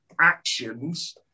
actions